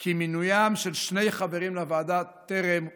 כי מינוים של שני חברים לוועדה טרם הושלם.